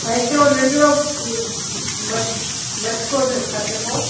ऐं हिकिड़ो नंढड़ो मट मटको न छा चइबो आहे